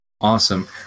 Awesome